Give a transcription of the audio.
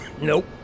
Nope